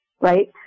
right